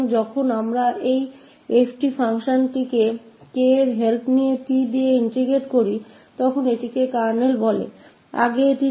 तो जब हम इस फंक्शन 𝑓 𝑡 को इंटीग्रेट करते हैं 𝑡 के तहत 𝐾 की मदद से तो इसे कर्नल कहते हैं